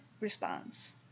response